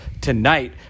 tonight